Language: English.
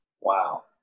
wow